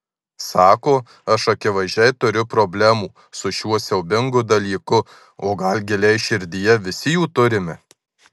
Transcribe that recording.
sako aš akivaizdžiai turiu problemų su šiuo siaubingu dalyku o gal giliai širdyje visi jų turime